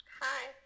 Hi